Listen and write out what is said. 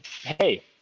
hey